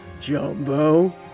Jumbo